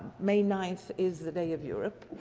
may ninth is the day of europe.